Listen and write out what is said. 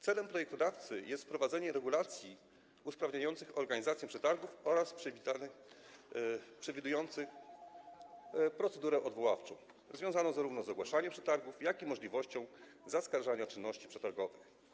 Celem projektodawcy jest wprowadzenie regulacji usprawniających organizację przetargów oraz przewidujących procedurę odwoławczą związaną zarówno z ogłaszaniem przetargów, jak i z możliwością zaskarżania czynności przetargowych.